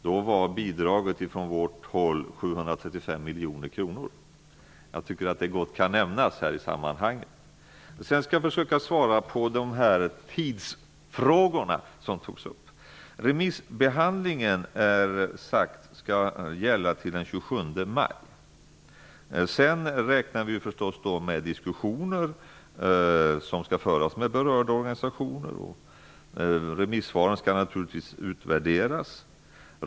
Då var bidraget från vårt håll 735 miljoner kronor. Jag tycker att det gott kan nämnas i sammanhanget. Jag skall försöka svara på de tidsfrågor som togs upp. Det är sagt att remisstiden skall gälla fram till den 27 maj. Sedan räknar vi förstås med att föra diskussioner med berörda organisationer. Remissvaren skall naturligtvis utvärderas.